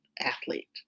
athlete